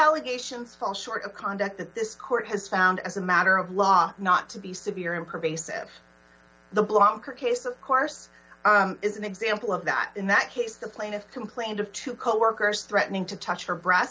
allegations fall short of conduct that this court has found as a matter of law not to be severe and pervasive the blanker case of course is an example of that in that case the plaintiff complained of two coworkers threatening to touch her brea